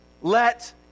let